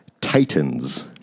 Titans